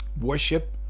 Worship